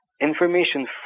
information